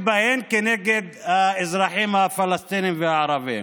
בהן כנגד האזרחים הפלסטינים והערבים.